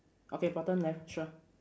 okay bottom left sure